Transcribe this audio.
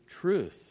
truth